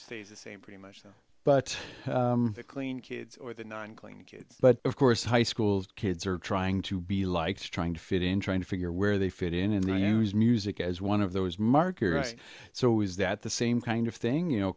stays the same pretty much but the clean kids or the non clinging kids but of course high school kids are trying to be likes trying to fit in trying to figure where they fit in and then use music as one of those markers so is that the same kind of thing you know